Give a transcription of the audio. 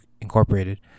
Incorporated